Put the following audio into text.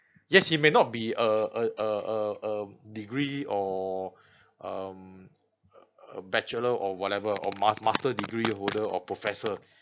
yes it may not be a a a a a um degree or um a bachelor or whatever or ma~ master degree holder or professor